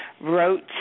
wrote